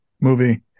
movie